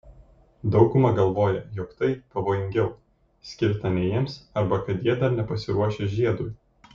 dauguma galvoja jog tai pavojingiau skirta ne jiems arba kad jie dar nepasiruošę žiedui